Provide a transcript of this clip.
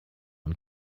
and